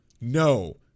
No